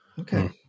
okay